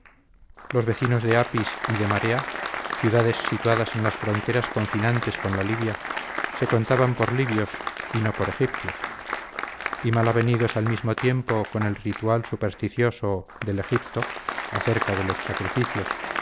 los vecinos de apis y de marea ciudades situadas en las fronteras confinantes con la libia se contaban por libios y no por egipcios y mal avenidos al mismo tiempo con el ritual supersticioso del egipto acerca de los sacrificios